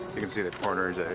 you can see the corners.